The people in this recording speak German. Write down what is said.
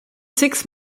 six